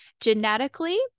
genetically